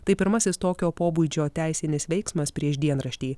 tai pirmasis tokio pobūdžio teisinis veiksmas prieš dienraštį